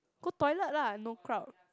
go toilet lah no crowd